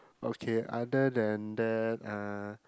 okay other than that uh